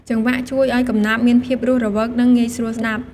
ចង្វាក់ជួយឱ្យកំណាព្យមានភាពរស់រវើក និងងាយស្រួលស្ដាប់។